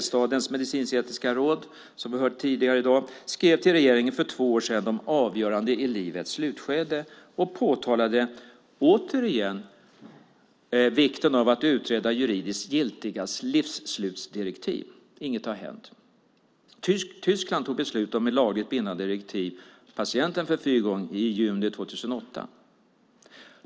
Statens medicinsk-etiska råd, Smer, skrev som vi har hört tidigare i dag till regeringen för två år sedan om "avgöranden i livets slutskede" och påtalade återigen vikten av att utreda juridiskt giltiga livsslutsdirektiv. Inget har hänt. Tyskland tog beslut om ett lagligt bindande direktiv, Patientenverfügung, i juni 2008.